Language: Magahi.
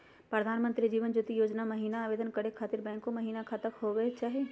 प्रधानमंत्री जीवन ज्योति योजना महिना आवेदन करै खातिर बैंको महिना खाता होवे चाही?